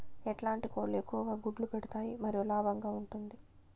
ఎట్లాంటి కోళ్ళు ఎక్కువగా గుడ్లు పెడతాయి మరియు లాభంగా ఉంటుంది?